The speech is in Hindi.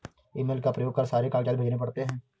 ईमेल का प्रयोग कर सारे कागजात भेजने पड़ते हैं